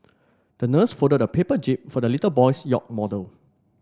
the nurse folded a paper jib for the little boy's yacht model